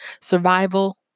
survival